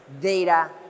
data